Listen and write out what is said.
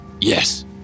Yes